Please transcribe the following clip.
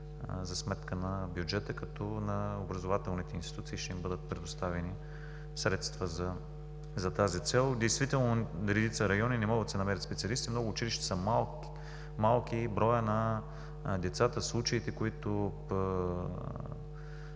за сметка на бюджета, като на образователните институции ще им бъдат предоставени средства за тази цел. Действително редица райони не могат да си намерят специалисти, в много училища броят на децата е малък. Случаите, които